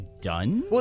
done